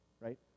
right